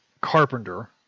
Carpenter